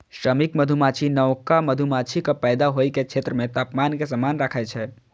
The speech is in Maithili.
श्रमिक मधुमाछी नवका मधुमाछीक पैदा होइ के क्षेत्र मे तापमान कें समान राखै छै